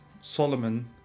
Solomon